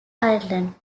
ireland